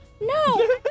No